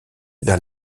vers